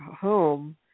home